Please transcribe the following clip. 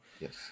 Yes